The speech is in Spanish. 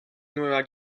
nueva